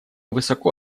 высоко